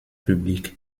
public